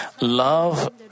love